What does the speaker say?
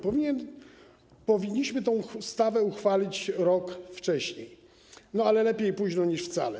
Powinniśmy tę ustawę uchwalić rok wcześniej, ale lepiej późno niż wcale.